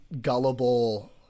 gullible